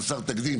חסר תקדים,